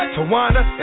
Tawana